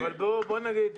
אבל בוא נגיד,